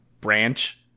branch